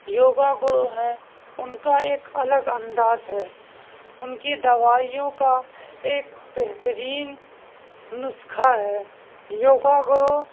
یوگا گرو ہے ان کا ایک الگ انداز ہے ان کی دوائیوں کا ایک بہترین نسخہ ہے یوگا گرو